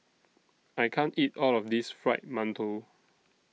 I can't eat All of This Fried mantou